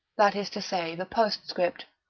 that is to say, the postscript.